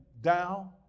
down